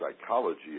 psychology